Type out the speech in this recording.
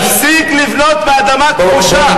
תפסיק לבנות באדמה כבושה.